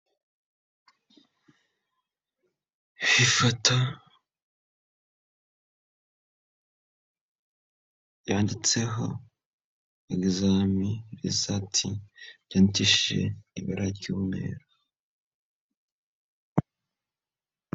Ifoto yanditseho egizami rizati ryandikishije ibara ry'umweru.